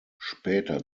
später